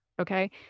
okay